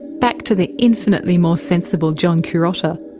back to the infinitely more sensible john curotta.